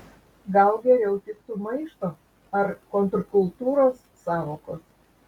gal geriau tiktų maišto ar kontrkultūros sąvokos